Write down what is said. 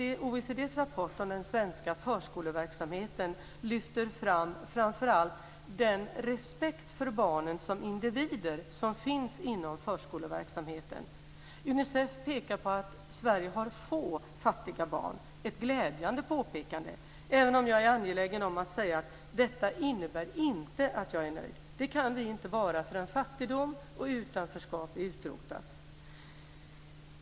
OECD:s rapport från den svenska förskoleverksamheten lyfter framför allt fram den respekt för barnen som individer som finns inom förskoleverksamheten. Unicef pekar på att Sverige har få fattiga barn. Det är ett glädjande påpekande, även om jag är angelägen om att säga att detta inte innebär att jag är nöjd. Det kan vi inte vara förrän fattigdom och utanförskap är utrotade.